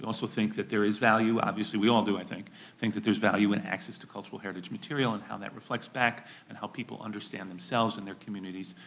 also think that there is value obviously we all do, i think think that there's value in access to cultural heritage material and how that reflects back and helps people understand themselves and their communities,